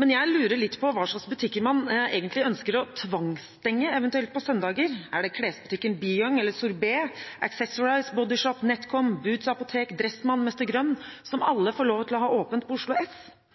Jeg lurer litt på hva slags butikker man egentlig eventuelt ønsker å tvangsstenge på søndager. Er det klesbutikken B-Young, eller Sorbet, Accessorize, The Body Shop, Netcom, Boots apotek, Dressmann, Mester Grønn, som alle får lov til å ha åpent på Oslo S?